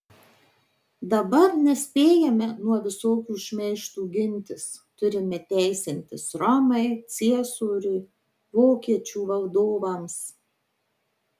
dabar nespėjame nuo visokių šmeižtų gintis turime teisintis romai ciesoriui vokiečių valdovams